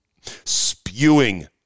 Spewing